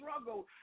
struggle